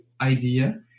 idea